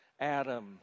Adam